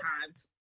times